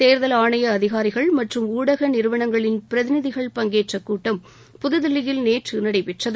தேர்தல் ஆணைய அதிகாரிகள் மற்றும் ஊடக நிறுவனங்களின் பிரதிநிதிகள் பங்கேற்ற கூட்டம் புதுதில்லியில் நேற்று நடைபெற்றது